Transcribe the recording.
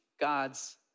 God's